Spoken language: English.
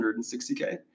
160K